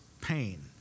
pain